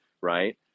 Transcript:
right